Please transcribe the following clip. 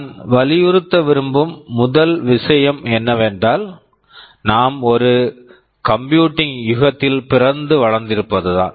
நான் வலியுறுத்த விரும்பும் முதல் விஷயம் என்னவென்றால் நாம் ஒரு கம்ப்யூட்டிங் computing யுகத்தில் பிறந்து வளர்ந்திருப்பதுதான்